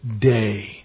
day